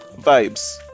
vibes